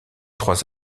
trois